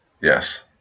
Yes